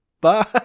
Bye